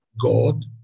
God